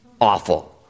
Awful